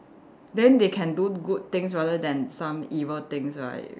then they can do good things rather than some evil things right